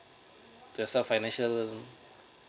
there's a financial um